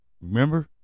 Remember